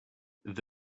there